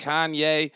Kanye